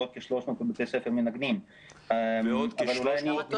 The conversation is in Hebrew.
ועוד כ-300 בבתי ספר מנגנים -- ועוד כ-300..